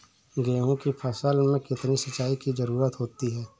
गेहूँ की फसल में कितनी सिंचाई की जरूरत होती है?